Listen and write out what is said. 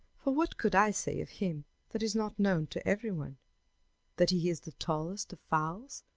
for what could i say of him that is not known to every one that he is the tallest of fowls,